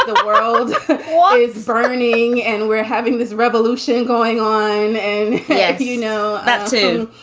ah world was burning. and we're having this revolution going on. and yeah you know that, too.